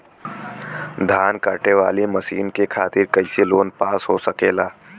धान कांटेवाली मशीन के खातीर कैसे लोन पास हो सकेला?